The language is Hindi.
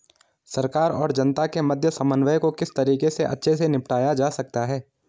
सरकार और जनता के मध्य समन्वय को किस तरीके से अच्छे से निपटाया जा सकता है?